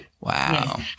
Wow